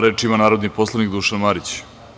Reč ima narodni poslanik Dušan Marić.